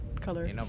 color